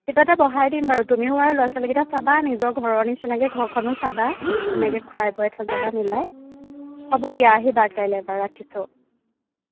কিবা এটা বঢ়াই দিম বাৰু তুমিও আৰু ল'ৰা ছোৱালীকেইটা চাবা নিজৰ ঘৰৰ নিচিনাকৈ ঘৰখনো চাবা ধুনীয়াকৈ খুৱাই বোৱাই থৈ যাবা মিলাই হ'ব দিয়া আহিবা কাইলৈ এপাক ৰাখিছোঁ